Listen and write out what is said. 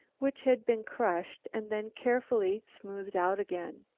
which had been crushed and then carefully smoothed out again.